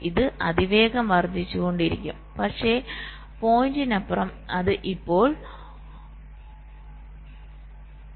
ഇത് അതിവേഗം വർദ്ധിച്ചുകൊണ്ടിരിക്കും പക്ഷേ പോയിന്റിനപ്പുറം അത് ഇപ്പോൾ ഒരു താഴ്ന്ന നിലയിലായിരിക്കും